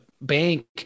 bank